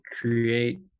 create